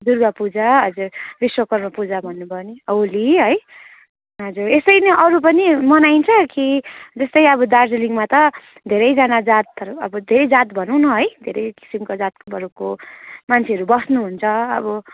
दुर्गा पूजा हजुर विश्वकर्मा पूजा भन्नुभयो नि होली है हजुर यस्तै नै अरू पनि मनाइन्छ कि जस्तै अब दार्जिलिङमा त धेरैजना जातहरू अब धेरै जात भनौँ न है धेरै किसिमको जातकोहरूको मान्छेहरू बस्नुहुन्छ अब